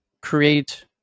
create